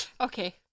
Okay